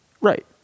Right